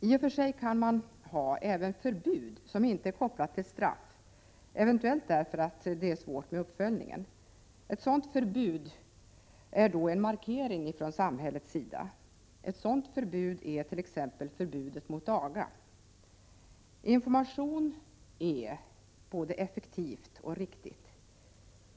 I och för sig måste ett förbud inte vara kopplat till straff, t.ex. när det är svårt att göra uppföljningen. Ett sådant förbud är då en markering från samhällets sida. Det är t.ex. förbudet mot aga. Information är både effektivt och riktigt.